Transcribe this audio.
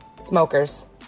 smokers